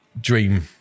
dream